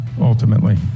ultimately